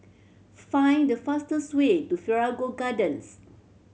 find the fastest way to Figaro Gardens